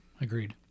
agreed